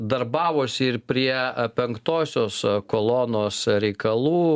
darbavosi ir prie penktosios kolonos reikalų